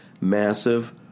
massive